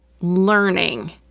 learning